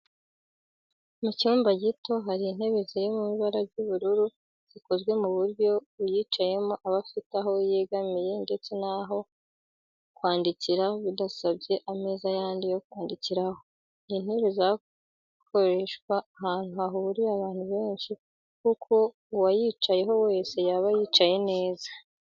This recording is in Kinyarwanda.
Mu cyumba gito hari intebe ziri mu ibara ry'ubururu zikozwe ku buryo uyicayeho aba afite aho yegamira ndetse n'aho kwandikira bidasabye ameza yandi yo kwandikiraho. Ni intebe zakoreshwa ahantu hahuriye abantu benshi kuko uwayicaraho wese yaba yicaye neza